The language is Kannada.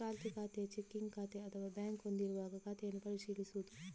ಚಾಲ್ತಿ ಖಾತೆ, ಚೆಕ್ಕಿಂಗ್ ಖಾತೆ ಅಥವಾ ಬ್ಯಾಂಕ್ ಹೊಂದಿರುವಾಗ ಖಾತೆಯನ್ನು ಪರಿಶೀಲಿಸುವುದು